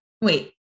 Wait